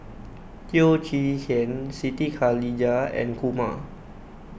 Teo Chee Hean Siti Khalijah and Kumar